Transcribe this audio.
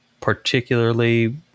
particularly